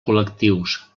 col·lectius